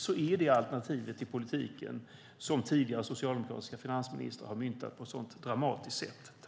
Så är det alternativet i politiken som en tidigare socialdemokratisk finansminister har myntat på ett så dramatiskt sätt.